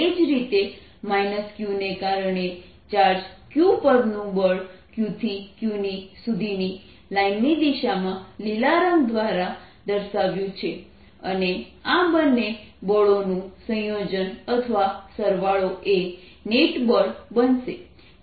એ જ રીતે Q ને કારણે ચાર્જ q પરનું બળ q થી Q સુધીની લાઇનની દિશામાં લીલા રંગ દ્વારા દર્શાવ્યું છે અને આ બંને બળોનું સંયોજન અથવા સરવાળો એ નેટ બળ બનશે